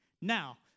Now